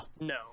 No